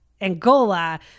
Angola